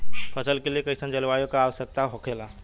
फसल के लिए कईसन जलवायु का आवश्यकता हो खेला?